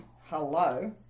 Hello